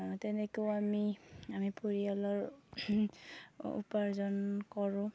তেনেকৈও আমি আমি পৰিয়ালৰ উপাৰ্জন কৰোঁ